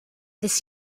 this